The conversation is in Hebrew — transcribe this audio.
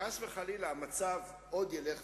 רק כשהגעתי לפה התחלתי להבין מה בדיוק